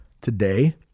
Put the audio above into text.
today